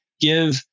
give